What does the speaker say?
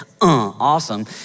awesome